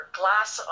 glass